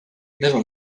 never